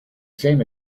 same